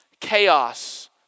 chaos